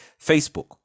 Facebook